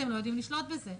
אתם לא יודעים לשלוט בזה.